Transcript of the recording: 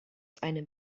einem